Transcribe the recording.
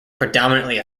predominantly